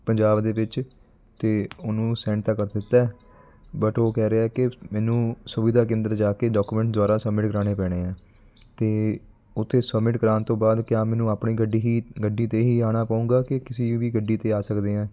ਪੰਜਾਬ ਦੇ ਵਿੱਚ ਅਤੇ ਉਹਨੂੰ ਸੈਂਡ ਤਾਂ ਕਰ ਦਿੱਤਾ ਹੈ ਬਟ ਉਹ ਕਹਿ ਰਿਹਾ ਹੈ ਕਿ ਮੈਨੂੰ ਸੁਵੀਧਾ ਕੇਂਦਰ ਜਾ ਕੇ ਡਾਕੂਮੈਂਟ ਦੁਬਾਰਾ ਸਬਮਿਟ ਕਰਵਾਉਣੇ ਪੈਣੇ ਹੈ ਅਤੇ ਉੱਥੇ ਸਬਮਿਟ ਕਰਵਾਉਣ ਤੋਂ ਬਾਅਦ ਕਿਆ ਮੈਨੂੰ ਆਪਣੀ ਗੱਡੀ ਹੀ ਗੱਡੀ 'ਤੇ ਹੀ ਆਉਣਾ ਪਵੇਗਾ ਕਿ ਕਿਸੀ ਵੀ ਗੱਡੀ 'ਤੇ ਆ ਸਕਦੇ ਹੈ